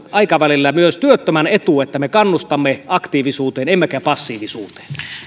aikavälillä myös työttömän etu että me kannustamme aktiivisuuteen emmekä passiivisuuteen